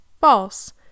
false